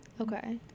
Okay